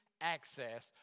access